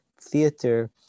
theater